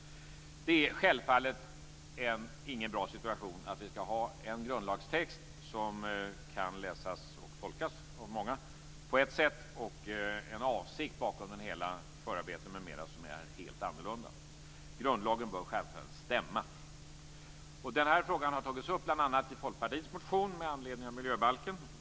Det är självfallet ingen bra situation att vi har en grundlagstext som kan läsas och tolkas på ett sätt, medan avsikten bakom det hela - förarbeten m.m. - är helt annorlunda. Grundlagen bör självfallet stämma. Denna fråga har tagits upp bl.a. i Folkpartiets motion med anledning av miljöbalken.